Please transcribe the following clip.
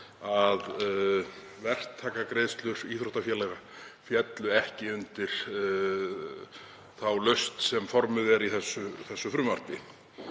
að verktakagreiðslur íþróttafélaga féllu ekki undir þá lausn sem formuð er í þessu frumvarpi.